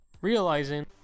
realizing